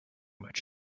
much